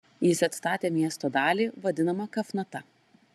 jis atstatė miesto dalį vadinamą kafnata